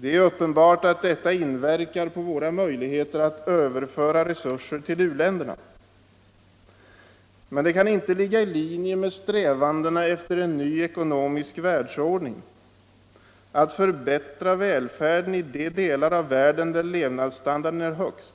Det är uppenbart att detta inverkar på våra möjligheter att överföra resurser till u-länderna. Men det kan inte ligga i linje med strävandena efter en ny ekonomisk världsordning att förbättra välfärden i de delar av världen där levnadsstandarden är högst